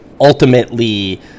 ultimately